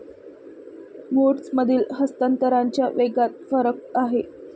मोड्समधील हस्तांतरणाच्या वेगात फरक आहे